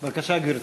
בבקשה, גברתי.